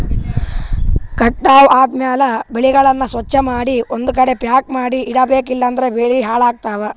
ಕಟಾವ್ ಆದ್ಮ್ಯಾಲ ಬೆಳೆಗಳನ್ನ ಸ್ವಚ್ಛಮಾಡಿ ಒಂದ್ಕಡಿ ಪ್ಯಾಕ್ ಮಾಡಿ ಇಡಬೇಕ್ ಇಲಂದ್ರ ಬೆಳಿ ಹಾಳಾಗ್ತವಾ